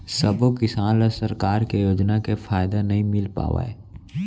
सबो किसान ल सरकार के योजना के फायदा नइ मिल पावय